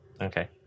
Okay